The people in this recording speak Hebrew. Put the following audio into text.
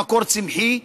ממקור צמחי,